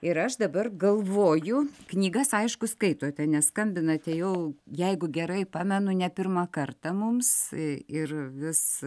ir aš dabar galvoju knygas aišku skaitote neskambinate jau jeigu gerai pamenu ne pirmą kartą mums ir vis